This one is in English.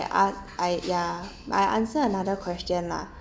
I a~ I ya I answer another question lah